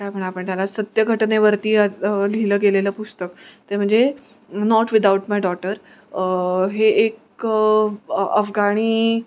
त्यामुळे आपण त्याला सत्यघटनेवरती लिहिलं गेलेलं पुस्तक ते म्हणजे नॉट विदाउट माय डॉटर हे एक अफगाणी